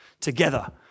together